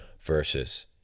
versus